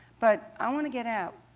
but i want to get out.